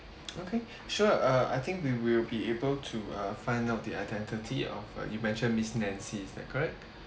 okay sure uh I think we will be able to uh find out the identity of uh you mentioned miss nancy is that correct